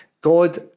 God